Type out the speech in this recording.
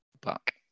back